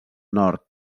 nord